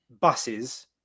buses